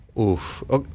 Oof